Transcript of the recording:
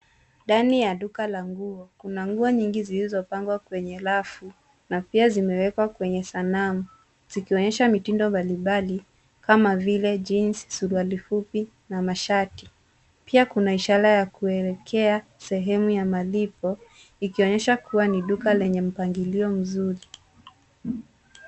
Ndani ya duka la nguo, kuna nguo nyingi zilizo pangwa kwenye rafu na pia zimewekwa kwenye sanamu zikionyesha mitindo mbali mbali kama vile [cs ] jeans[cs ], suruali fupi na mashati. Pia kuna ishara ya kuelekea sehemu ya malipo ikionyesha kuwa ni duka lenye mpangilio mzuri.